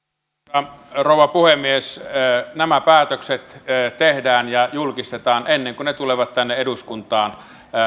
arvoisa rouva puhemies nämä päätökset tehdään ja julkistetaan ennen kuin ne tulevat tänne eduskuntaan